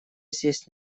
здесь